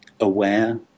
aware